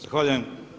Zahvaljujem.